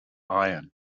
iron